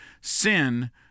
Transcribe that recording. Sin